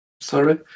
Sorry